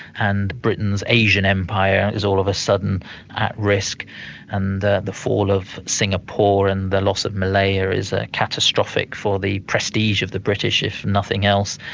and britain's asian empire is all of a sudden at risk and the the fall of singapore and the loss of malaya is ah catastrophic for the prestige of the british, if nothing else,